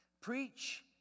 Preach